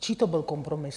Čí to byl kompromis?